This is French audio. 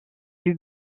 fut